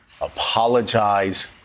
apologize